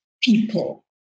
people